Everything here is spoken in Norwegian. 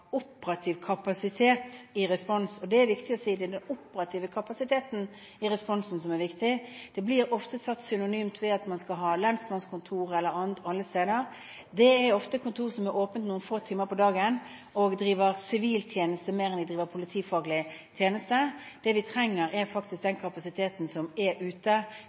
operativ kapasitet i respons. Det er viktig å si at det er den operative kapasiteten i responsen som er viktig. Det blir ofte sett på som synonymt med at man skal ha lensmannskontorer eller annet alle steder. Det er ofte kontor som er åpne noen få timer om dagen, og som driver siviltjeneste mer enn de driver politifaglig tjeneste. Det vi trenger er faktisk den kapasiteten som er ute